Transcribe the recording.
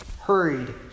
hurried